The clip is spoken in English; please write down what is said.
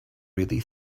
really